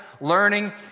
learning